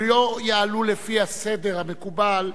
שלא יעלו לפי הסדר המקובל,